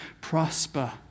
prosper